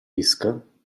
disc